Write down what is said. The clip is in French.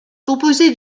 composée